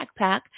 backpack